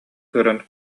көрөн